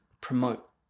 promote